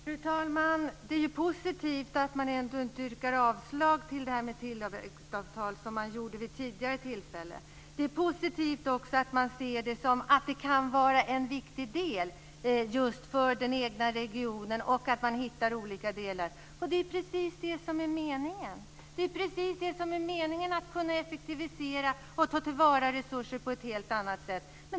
Fru talman! Det är positivt att man ändå inte, som man gjorde vid tidigare tillfälle, yrkar avslag vad gäller tillväxtavtalen. Det är också positivt att man ser detta på det sättet att det kan vara en viktig del just för den egna regionen och att man hittar olika delar. Det är just det som är meningen. Meningen är nämligen just att kunna effektivisera och ta till vara resurser på ett helt annat sätt.